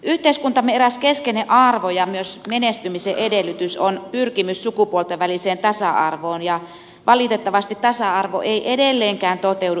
yhteiskuntamme eräs keskeinen arvo ja myös menestymisen edellytys on pyrkimys sukupuolten väliseen tasa arvoon ja valitettavasti tasa arvo ei edelleenkään toteudu esimerkiksi työelämässä